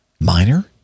minor